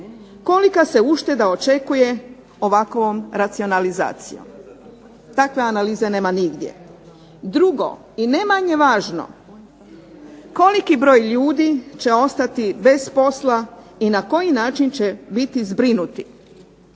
kolika se ušteda očekuje ovakvom racionalizacijom. Takve analize nema nigdje. Drugo i ne manje važno, koliki broj ljudi će ostati bez posla i na koji način će biti zbrinuti.